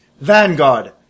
Vanguard